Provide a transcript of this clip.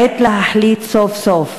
// עת להחליט סוף-סוף: